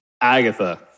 Agatha